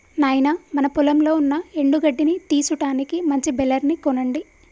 నాయినా మన పొలంలో ఉన్న ఎండు గడ్డిని తీసుటానికి మంచి బెలర్ ని కొనండి